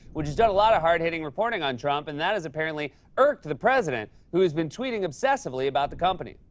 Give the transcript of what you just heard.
which has done a lot of hard-hitting reporting on trump and that has apparently irked the president, who has been tweeting obsessively about the company.